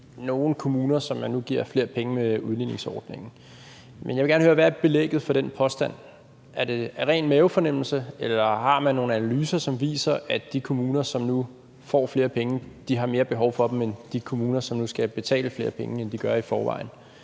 nogle kommuner, som man nu giver flere penge med udligningsordningen. Men jeg vil gerne høre, hvad belægget for den påstand er. Er det en mavefornemmelse, eller har man nogle analyser, det viser, at de kommuner, som nu får flere penge, har mere behov for dem end de kommuner, som nu skal betale flere penge, end de gør i forvejen?